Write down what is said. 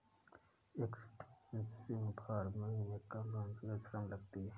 extensive farming में कम पूंजी और श्रम लगती है